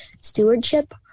stewardship